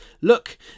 Look